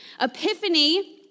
Epiphany